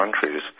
countries